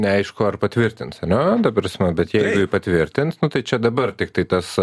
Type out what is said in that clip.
neaišku ar patvirtins ane ta prasme bet jeigu jį patvirtins tai čia dabar tiktai tas